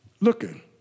looking